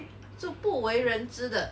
so 不为人知的